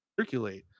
circulate